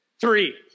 Three